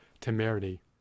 temerity